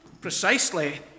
precisely